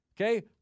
Okay